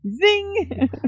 Zing